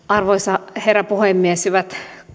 arvoisa herra puhemies hyvät